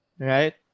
Right